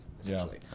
essentially